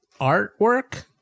artwork